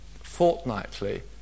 fortnightly